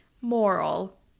Moral